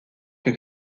que